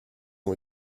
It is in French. ont